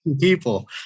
people